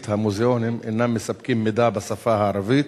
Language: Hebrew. המוזיאונים אינם מספקים מידע בשפה הערבית